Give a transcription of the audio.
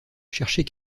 chercher